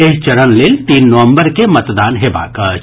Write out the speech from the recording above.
एहि चरण लेल तीन नवम्बर के मतदान हेबाक अछि